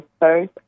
first